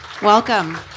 Welcome